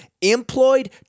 employed